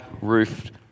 roofed